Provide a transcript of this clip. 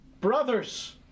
brothers